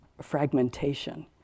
fragmentation